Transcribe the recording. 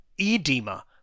edema